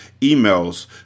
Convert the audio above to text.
emails